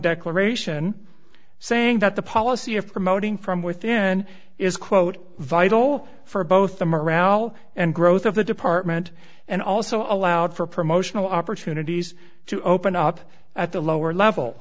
declaration saying that the policy of promoting from within is quote vital for both the morale and growth of the department and also allowed for promotional opportunities to open up at the lower level